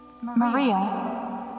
Maria